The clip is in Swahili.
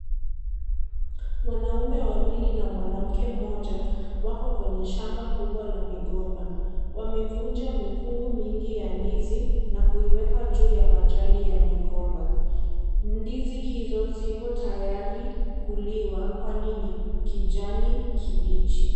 Wanaume wawili na mwanamke mmoja, wako kwenye shamba kubwa la migomba. Wamevunja mikungu mingi ya ndizi na kuiweka juu ya majani ya migomba. Ndizi hizo ziko tayari kuliwa, kwani ni kijani kibichi.